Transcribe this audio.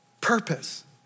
Purpose